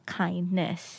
kindness